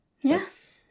Yes